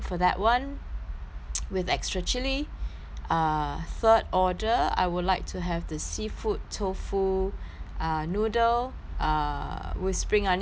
with extra chili err third order I would like to have the seafood tofu uh noodle err with spring onions